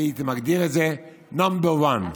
הייתי מגדיר את זה number one.